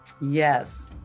Yes